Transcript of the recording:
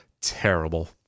terrible